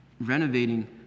renovating